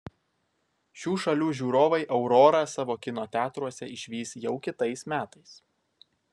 šių šalių žiūrovai aurorą savo kino teatruose išvys jau kitais metais